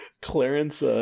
Clarence